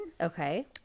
Okay